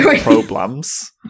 Problems